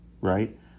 right